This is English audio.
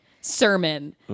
sermon